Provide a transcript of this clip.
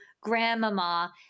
Grandmama